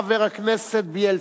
אחריו, חבר הכנסת בילסקי.